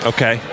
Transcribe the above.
Okay